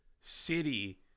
city